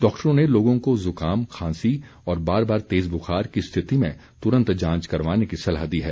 डॉक्टरों ने लोगों को जुकाम खांसी और बार बार तेज बुखार की स्थिति में तुरंत जांच करवाने की सलाह दी है